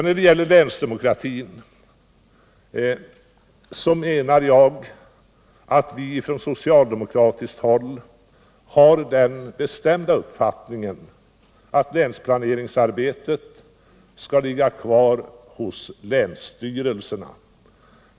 När det gäller länsdemokratin har vi från socialdemokratiskt håll den bestämda uppfattningen att länsplaneringsarbetet skall ligga kvar hos länsstyrelserna.